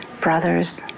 brothers